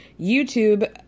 YouTube